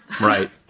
Right